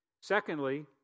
Secondly